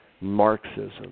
Marxism